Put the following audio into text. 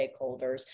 stakeholders